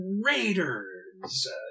raiders